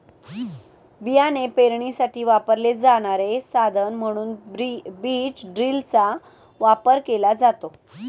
बियाणे पेरणीसाठी वापरले जाणारे साधन म्हणून बीज ड्रिलचा वापर केला जातो